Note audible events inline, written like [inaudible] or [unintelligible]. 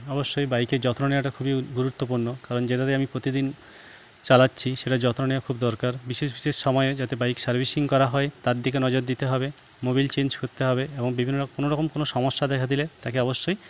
অবশ্যই বাইকের যত্ন নেওয়াটা খুবই গুরুত্বপূর্ণ কারণ যেভাবে আমি প্রতিদিন চালাচ্ছি সেটার যত্ন নেওয়া খুব দরকার বিশেষ বিশেষ সময়ে যাতে বাইক সার্ভিসিং করা হয় তার দিকে নজর দিতে হবে মোবিল চেঞ্জ করতে হবে এবং বিভিন্ন [unintelligible] কোনো রকম কোনো সমস্যা দেখা দিলে তাকে অবশ্যই